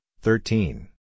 thirteen